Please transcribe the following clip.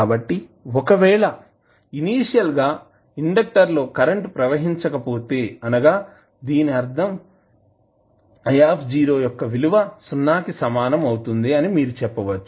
కాబట్టిఒకవేళ initial గా inductor లో current ప్రవహించకపోతే అనగా దీని అర్ధం I యొక్క విలువ సున్నా కి సమానం అవుతుంది అని మీరు చెప్పవచ్చు